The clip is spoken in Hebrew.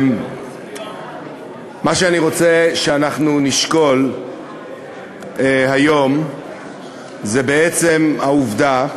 מה שאני רוצה שאנחנו נשקול היום זה את העובדה